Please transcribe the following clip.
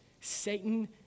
Satan